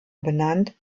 benannt